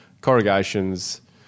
corrugations